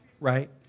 right